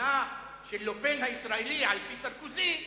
הסכנה של לה-פן הישראלי, על-פי סרקוזי,